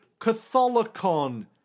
catholicon